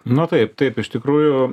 no taip taip iš tikrųjų